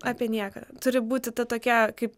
apie nieką turi būti tokia kaip